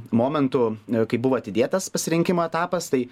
momentų kai buvo atidėtas pasirinkimo etapas tai